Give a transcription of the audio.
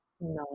no